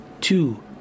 two